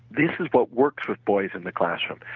this is what works with boys in the classroom.